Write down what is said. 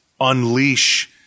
unleash